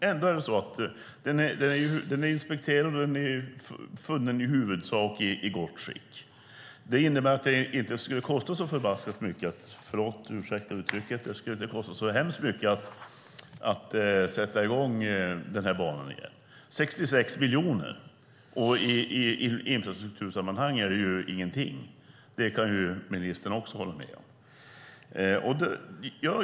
Ändå är det så att den är inspekterad och funnen i huvudsak i gott skick. Det innebär att det inte skulle kosta så hemskt mycket att sätta i gång den här banan igen - 66 miljoner. I infrastruktursammanhang är ju det ingenting. Det kan ministern också hålla med om.